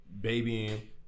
babying